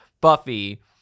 buffy